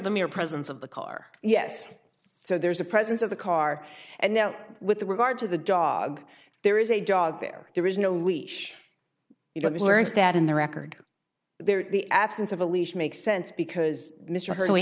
the mere presence of the car yes so there's a presence of the car and now with regard to the dog there is a dog there there is no leash you know the worst that in the record there the absence of a leash makes sense because mr h